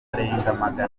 magana